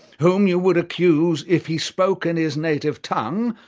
whom you would accuse if he spoke in his native tongue,